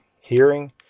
hearing